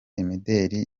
imideli